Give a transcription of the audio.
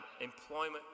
employment